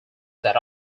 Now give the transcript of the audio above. that